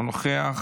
אינו נוכח.